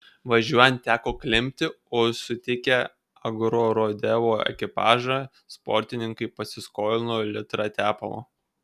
važiuojant teko klimpti o sutikę agrorodeo ekipažą sportininkai pasiskolino litrą tepalo